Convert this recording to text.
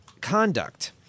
conduct